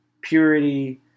purity